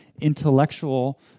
intellectual